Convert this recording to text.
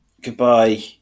Goodbye